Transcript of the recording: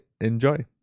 Enjoy